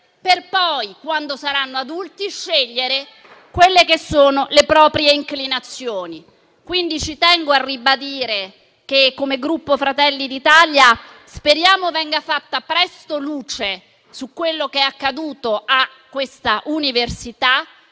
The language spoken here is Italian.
per poi, da adulti, scegliere quelle che sono le proprie inclinazioni. Tengo a ribadire che, come Gruppo Fratelli d'Italia, speriamo venga fatta presto luce su quello che è accaduto in questa università